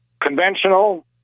conventional